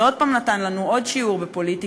שעוד הפעם נתן לנו עוד שיעור בפוליטיקה,